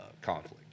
conflict